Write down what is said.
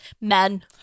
Men